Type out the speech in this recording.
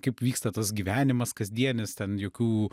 kaip vyksta tas gyvenimas kasdienis ten jokių